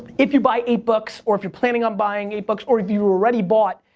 if you buy eight books, or if you're planning on buying eight books, or if you already bought,